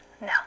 No